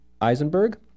Eisenberg